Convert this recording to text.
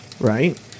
right